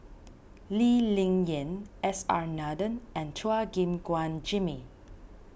Lee Ling Yen S R Nathan and Chua Gim Guan Jimmy